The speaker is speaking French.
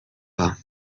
pas